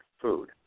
food